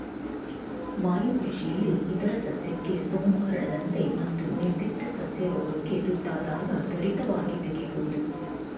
ವಾಯುಕೃಷಿಲಿ ಇತರ ಸಸ್ಯಕ್ಕೆ ಸೋಂಕು ಹರಡದಂತೆ ಮತ್ತು ನಿರ್ಧಿಷ್ಟ ಸಸ್ಯ ರೋಗಕ್ಕೆ ತುತ್ತಾದಾಗ ತ್ವರಿತವಾಗಿ ತೆಗಿಬೋದು